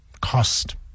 cost